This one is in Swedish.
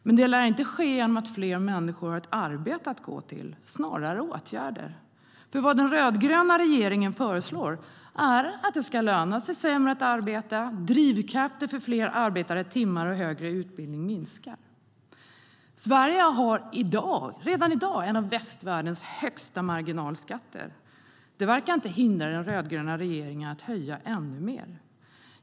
Men det lär inte ske genom att fler människor har ett arbete att gå till utan snarare genom åtgärder. Vad den rödgröna regeringen föreslår är nämligen att det ska löna sig sämre att arbeta. Drivkrafter för fler arbetade timmar och högre utbildning minskar. Sverige har redan i dag en av västvärldens högsta marginalskatter. Det verkar inte hindra den rödgröna regeringen från att höja den ännu mer.